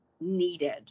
needed